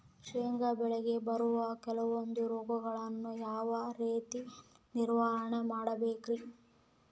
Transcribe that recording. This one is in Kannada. ಶೇಂಗಾ ಬೆಳೆಗೆ ಬರುವ ಕೆಲವೊಂದು ರೋಗಗಳನ್ನು ಯಾವ ರೇತಿ ನಿರ್ವಹಣೆ ಮಾಡಬೇಕ್ರಿ?